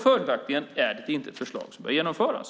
Följaktligen är det inte ett förslag som bör genomföras.